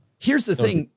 here's the thing.